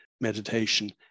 Meditation